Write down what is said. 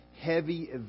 heavy